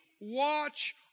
watch